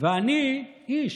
ואני איש,